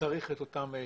שצריך את אותם שטחים.